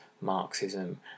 Marxism